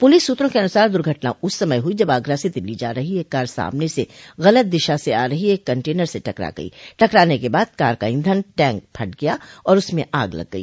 police सूत्रों के अनुसार दुर्घटना उस समय हुई जब आगरा से दिल्ली जा रही एक कार सामने से गलत दिशा से आ रही एक कंटेनर से टकरा गई टकराने के बाद कार का ईधन टैंक फट गया और उसमें आग लग गई